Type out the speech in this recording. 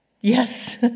Yes